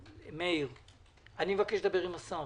מאיר שפיגלר, אני מבקש לדבר עם השר.